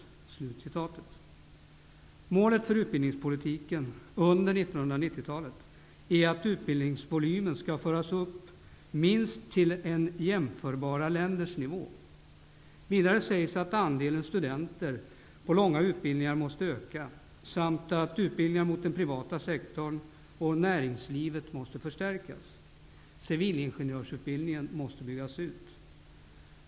Målet för utbildningspolitiken under 1990-talet är att utbildningsvolymen skall föras upp minst till jämförbara länders nivå. Vidare sägs att andelen studenter på långa utbildningar måste öka samt att utbildningar mot den privata sektorn och näringslivet måste förstärkas. Civilingenjörsutbildningen måste byggas ut.